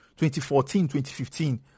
2014-2015